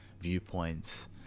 viewpoints